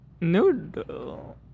Noodle